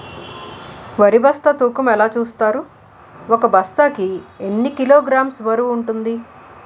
వరి బస్తా తూకం ఎలా చూస్తారు? ఒక బస్తా కి ఎన్ని కిలోగ్రామ్స్ బరువు వుంటుంది?